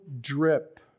drip